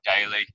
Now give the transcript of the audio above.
daily